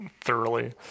thoroughly